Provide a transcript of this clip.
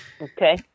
Okay